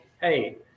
hey